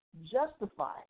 justify